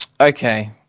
Okay